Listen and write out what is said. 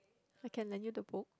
I can lend you the book